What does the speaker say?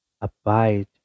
abide